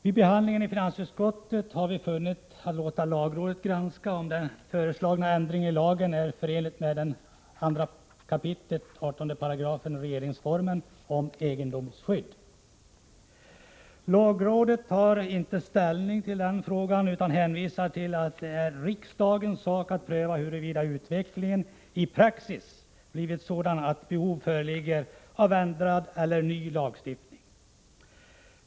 Vid behandlingen i finansutskottet har vi funnit det önskvärt att låta lagrådet granska om den föreslagna ändringen i lagen är förenlig med 2 kap. 18 § regeringsformen om egendomsskydd. Lagrådet tar inte ställning till detta, utan hänvisar till att det är riksdagens sak att pröva huruvida utvecklingen i praxis blivit sådan att behov föreligger av ändrad eller ny lagstiftning.